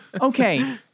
Okay